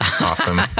Awesome